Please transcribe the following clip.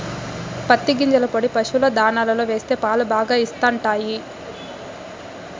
పత్తి గింజల పొడి పశుల దాణాలో వేస్తే పాలు బాగా ఇస్తండాయి